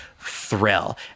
thrill